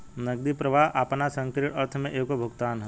नगदी प्रवाह आपना संकीर्ण अर्थ में एगो भुगतान ह